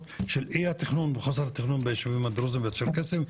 של אי התכנון וחוסר תכנון בישובים הדרוזים והצ'רקסיים.